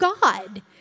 God